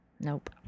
Nope